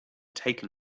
taken